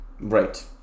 right